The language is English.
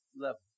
level